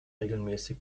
regelmäßig